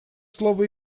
слово